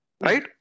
Right